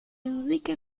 enrique